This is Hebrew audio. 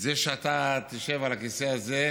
זה שאתה תשב על הכיסא הזה,